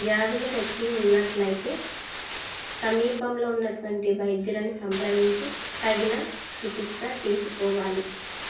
వ్యాధులు వచ్చి ఉన్నట్లయితే సమీపంలో ఉన్నటువంటి వైద్యులను సంప్రదించి తగిన చికిత్స తీసుకోవాలి